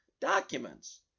documents